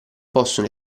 possono